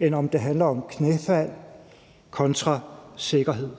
end at det handler om knæfald kontra sikkerhed.